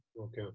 Okay